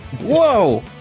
Whoa